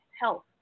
health